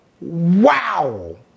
Wow